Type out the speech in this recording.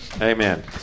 Amen